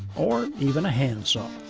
or even a hand saw.